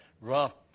rough